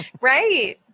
right